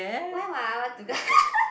why would I want to go